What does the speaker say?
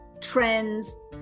trends